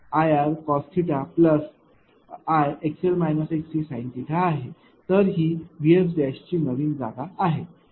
तर ही VSची नवीन जागा आहे